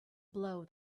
blow